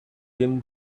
tim